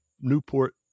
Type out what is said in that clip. Newport